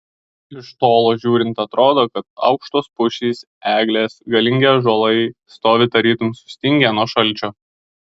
iš tolo žiūrint atrodo kad aukštos pušys eglės galingi ąžuolai stovi tarytum sustingę nuo šalčio